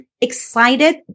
excited